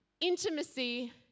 intimacy